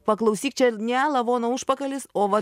paklausyk čia ne lavono užpakalis o va